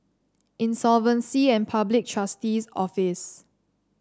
Insolvency and Public Trustee's Office